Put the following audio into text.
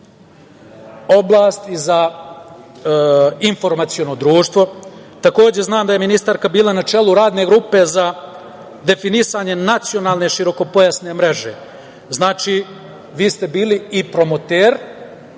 oblast i za informaciono društvo. Takođe, znam da je ministarka bila na čelu radne grupe za definisanje Nacionalne širokopojasne mreže. Znači, vi ste bili i promoter